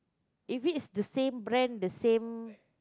if it's the same brand the same